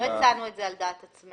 לא הצענו את זה על דעת עצמנו.